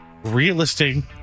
Realistic